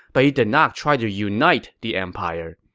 but he did not try to unite the empire.